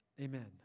Amen